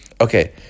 okay